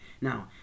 now